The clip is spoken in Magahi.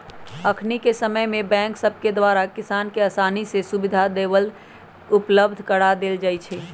अखनिके समय में बैंक सभके द्वारा किसानों के असानी से सुभीधा उपलब्ध करा देल जाइ छइ